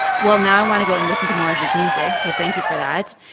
well, now i want to go and listen to more of his music, so thank you for that.